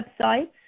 websites